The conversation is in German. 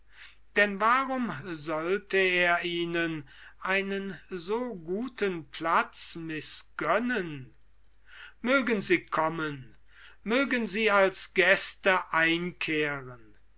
denn warum sollte er ihnen einen so guten platz mißgönnen mögen sie kommen mögen sie als gäste einkehren